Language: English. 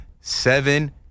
seven